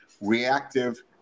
reactive